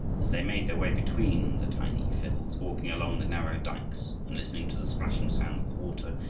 as they made their way between the tiny fields, walking along the narrow dykes, and listening to the splashing sound of the water,